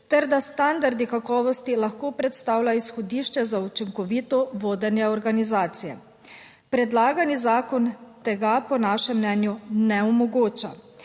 ter da standardi kakovosti lahko predstavlja izhodišče za učinkovito vodenje organizacije. Predlagani zakon tega po našem mnenju ne omogoča,